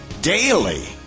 daily